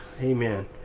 Amen